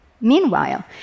Meanwhile